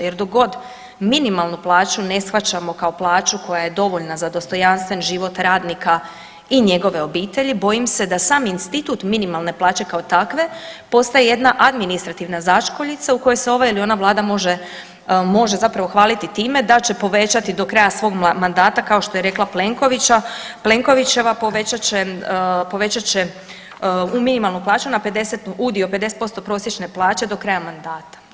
Jer dok god minimalnu plaću ne shvaćamo kao plaću koja je dovoljna za dostojanstven život radnika i njegove obitelji bojim se da sam institut minimalne plaće kao takve postaje jedna administrativna začkuljica u kojoj se ova ili ona Vlada može hvaliti time da će povećati do kraja svog mandata kao što je rekla Plenkovićeva povećat će minimalnu plaću, udio 50% prosječne plaće do kraja mandata.